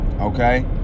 Okay